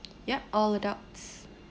yup all adults